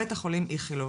בית החולים איכילוב.